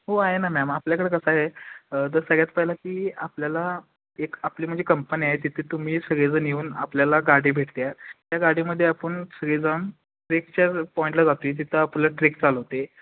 हो आहे ना मॅम आपल्याकडं कसं आहे तर सगळ्यात पहिलं की आपल्याला एक आपली म्हणजे कंपनी आहे तिथे तुम्ही सगळेजण येऊन आपल्याला गाडी भेटते आहे त्या गाडीमध्ये आपण सगळेजण ट्रेकच्या पॉईंटला जातील तिथं आपल्याला ट्रेक चालू होते